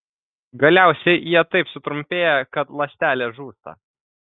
galiausiai jie taip sutrumpėja kad ląstelė žūsta